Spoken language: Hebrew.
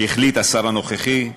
החליט השר הנוכחי,